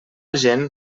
gent